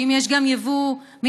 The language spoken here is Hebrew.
שאם יש גם יבוא מעזה,